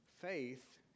faith